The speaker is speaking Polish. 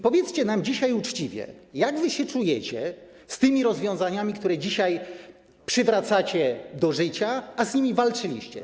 Powiedzcie nam dzisiaj uczciwie: Jak wy się czujecie z tymi rozwiązaniami, które dzisiaj przywracacie do życia, a z nimi walczyliście?